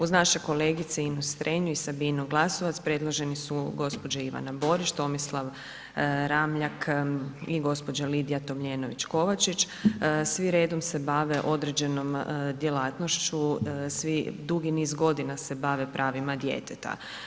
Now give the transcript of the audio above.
Uz naše kolegice Ines Strenju i Sabinu Glasovac predloženi su gđa. Ivana Borić, Tomislav Ramljak i gđa. Lidija Tomljenović Kovačić svi redom se bave određenom djelatnošću svi dugi niz godina se bave pravima djeteta.